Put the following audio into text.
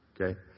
okay